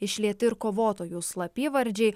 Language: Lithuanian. išlieti ir kovotojų slapyvardžiai